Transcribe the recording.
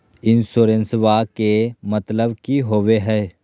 इंसोरेंसेबा के मतलब की होवे है?